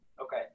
Okay